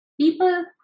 People